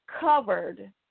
covered